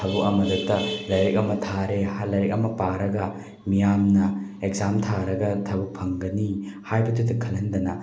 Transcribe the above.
ꯊꯕꯛ ꯑꯃꯗꯗ ꯂꯥꯏꯔꯤꯛ ꯑꯃ ꯊꯥꯔꯦ ꯂꯥꯏꯔꯤꯛ ꯑꯃ ꯄꯥꯔꯒ ꯃꯤꯌꯥꯝꯅ ꯑꯦꯛꯖꯥꯝ ꯊꯥꯔꯒ ꯊꯕꯛ ꯐꯪꯒꯅꯤ ꯍꯥꯏꯕꯗꯨꯇ ꯈꯜꯍꯟꯗꯅ